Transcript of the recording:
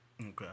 Okay